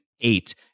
eight